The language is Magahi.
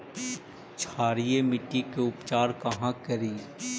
क्षारीय मिट्टी के उपचार कहा करी?